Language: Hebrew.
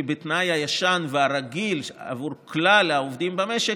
בתנאי הישן והרגיל עבור כלל העובדים במשק